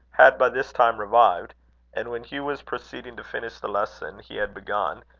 had by this time revived and when hugh was proceeding to finish the lesson he had begun,